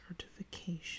certification